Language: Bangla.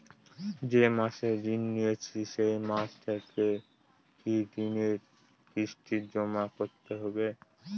যে মাসে ঋণ নিয়েছি সেই মাস থেকেই কি ঋণের কিস্তি জমা করতে হবে?